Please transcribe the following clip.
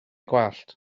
gwallt